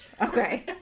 Okay